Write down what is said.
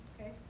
Okay